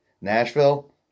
Nashville